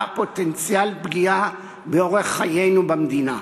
פוטנציאל פגיעה באורח חיינו במדינה,